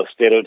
steroids